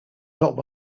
not